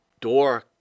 door